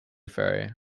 ferry